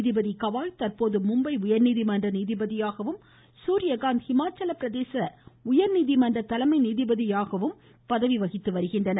நீதிபதி கவாய் தற்போது மும்பை உயா்நீதிமன்ற நீதிபதியாகவும் சூரியகாந்த் ஹிமாச்சல பிரதேச உயா்நீதிமன்ற தலைமை நீதிபதியாகவும் பதவி வகித்து வருகின்றனர்